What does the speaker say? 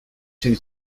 two